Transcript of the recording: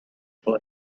for